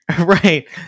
Right